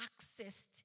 accessed